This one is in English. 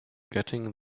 getting